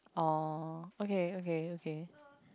orh okay okay okay